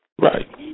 Right